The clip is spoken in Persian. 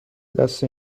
دست